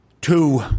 two